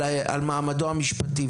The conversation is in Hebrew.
על מעמדו המשפטי.